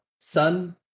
sun